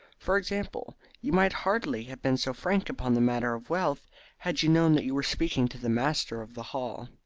for example, you might hardly have been so frank upon the matter of wealth had you known that you were speaking to the master of the hall.